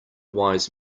wise